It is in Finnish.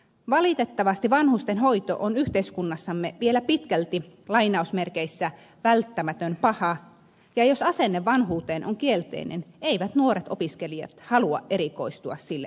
valitettavasti vanhustenhoito on yhteiskunnassamme vielä pitkälti välttämätön paha ja jos asenne vanhuuteen on kielteinen eivät nuoret opiskelijat halua erikoistua sille alalle